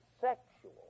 sexual